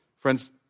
Friends